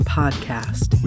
podcast